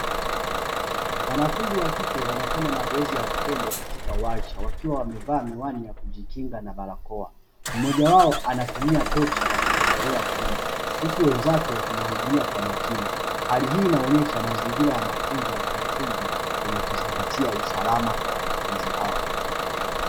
Wanafunzi wa kike wanafanya mazoezi ya vitendo katika warsha, wakiwa wamevaa miwani ya kujikinga na barakoa. Mmoja wao anatumia tochi ya kuchomelea chuma, huku wenzake wakimwangalia kwa makini. Hali hii inaonyesha mazingira ya mafunzo ya kiufundi, yenye kuzingatia usalama kwa wanafunzi hao.